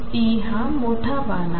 P हा मोठा बाण आहे